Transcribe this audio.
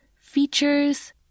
features